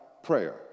prayer